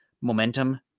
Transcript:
momentum